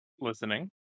Listening